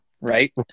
right